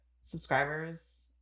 subscribers